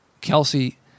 Kelsey